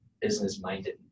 business-minded